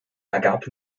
ergab